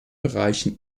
bereichen